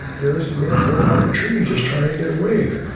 there is the bear going up a tree, just trying to get away.